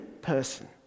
person